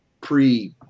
pre